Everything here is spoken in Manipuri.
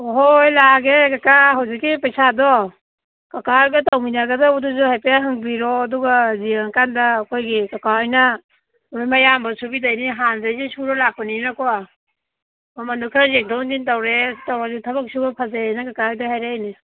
ꯍꯣꯏ ꯍꯣꯏ ꯂꯥꯛꯑꯒꯦ ꯀꯀꯥ ꯍꯧꯖꯤꯛꯀꯤ ꯄꯩꯁꯥꯗꯣ ꯀꯀꯥ ꯍꯣꯏꯒ ꯇꯧꯃꯤꯟꯅꯒꯗꯧꯕꯗꯨꯁꯨ ꯍꯥꯏꯐꯦꯠ ꯍꯪꯕꯤꯔꯣ ꯑꯗꯨꯒ ꯌꯦꯡꯉꯀꯥꯟꯗ ꯑꯩꯈꯣꯏꯒꯤ ꯀꯀꯥ ꯍꯣꯏꯅ ꯑꯗꯨꯝ ꯑꯌꯥꯝꯕ ꯁꯨꯕꯤꯗꯣꯏꯅꯤ ꯍꯥꯟꯗꯒꯤꯁꯨ ꯁꯨꯔꯒ ꯂꯥꯛꯄꯅꯤꯅꯀꯣ ꯃꯃꯜꯗꯣ ꯈꯔ ꯌꯦꯡꯊꯣꯛ ꯌꯦꯡꯖꯤꯟ ꯇꯧꯔꯁꯦ ꯊꯕꯛ ꯁꯨꯕ ꯐꯖꯩꯌꯦꯅ ꯀꯀꯥ ꯍꯣꯏꯗ ꯍꯥꯏꯔꯛꯏꯅꯤ